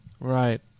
Right